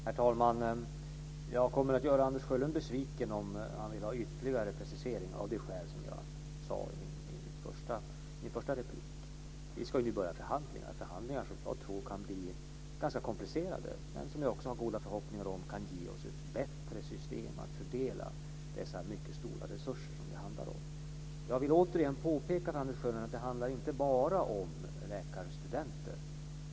Herr talman! Jag kommer att göra Anders Sjölund besviken om han vill ha ytterligare preciseringar av det skäl som jag nämnde i min förra replik. Vi ska nu börja förhandlingar, förhandlingar som jag tror kan bli ganska komplicerade men som jag också har goda förhoppningar om kan ge oss ett bättre system för att fördela de mycket stora resurser som det handlar om. Jag vill återigen påpeka för Anders Sjölund att det inte bara handlar om läkarstudenter.